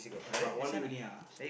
but one week only ah